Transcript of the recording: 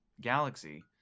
galaxy